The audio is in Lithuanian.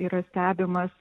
yra stebimas